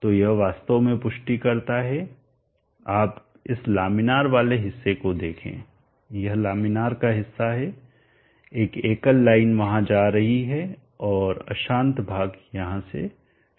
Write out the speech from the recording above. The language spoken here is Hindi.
तो यह वास्तव में पुष्टि करता है आप इस लामिनार वाले हिस्से को देखें यह लामिनार का हिस्सा है एक एकल लाइन वहां जा रही है और अशांत भाग यहां से शुरू होता है